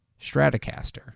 Stratocaster